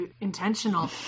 intentional